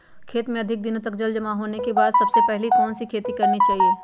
खेत में अधिक दिनों तक जल जमाओ होने के बाद सबसे पहली कौन सी खेती करनी चाहिए?